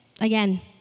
again